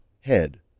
head